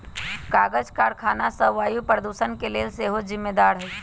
कागज करखना सभ वायु प्रदूषण के लेल सेहो जिम्मेदार हइ